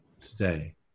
Today